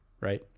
right